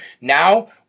Now